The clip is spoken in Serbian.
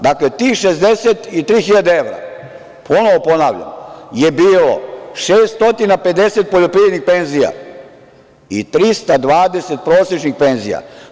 Dakle, tih 63.000 evra, ponovo ponavljam, je bilo 650 poljoprivrednih penzija i 320 prosečnih penzija.